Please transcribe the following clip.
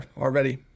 already